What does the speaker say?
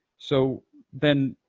so then,